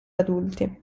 adulti